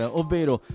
ovvero